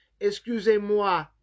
Excusez-moi